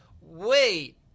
wait